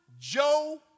Joe